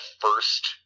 first